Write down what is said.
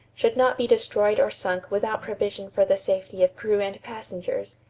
should not be destroyed or sunk without provision for the safety of crew and passengers.